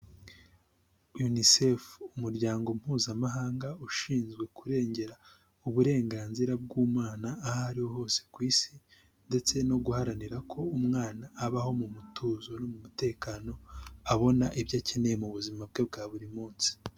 Yunisefu umuryango mpuzamahanga ushinzwe kurengera uburenganzira bw'umwana, aho ariho hose ku isi ndetse no guharanira ko umwana abaho mu mutuzo no mu mutekano, abona ibyo akeneye mu buzima bwe bwa buri munsi.